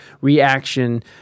reaction